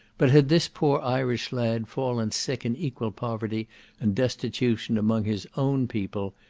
but had this poor irish lad fallen sick in equal poverty and destitution among his own people,